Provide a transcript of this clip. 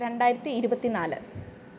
രണ്ടായിരത്തി ഇരുപത്തി നാല്